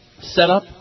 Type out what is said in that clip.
setup